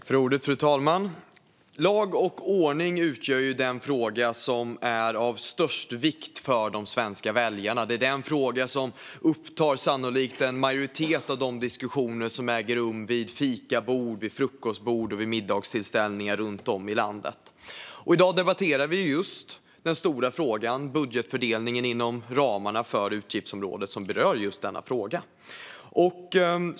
Fru talman! Lag och ordning utgör den fråga som är av störst vikt för de svenska väljarna. Det är en fråga som sannolikt upptar en majoritet av de diskussioner som äger rum vid fikabord, frukostbord och middagstillställningar runt om i landet. I dag debatterar vi budgetfördelningen inom ramen för det utgiftsområde som berör denna stora fråga.